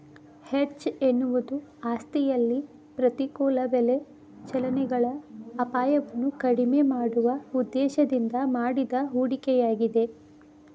hedge ಎನ್ನುವುದು ಆಸ್ತಿಯಲ್ಲಿ ಪ್ರತಿಕೂಲ ಬೆಲೆ ಚಲನೆಗಳ ಅಪಾಯವನ್ನು ಕಡಿಮೆ ಮಾಡುವ ಉದ್ದೇಶದಿಂದ ಮಾಡಿದ ಹೂಡಿಕೆಯಾಗಿದೆ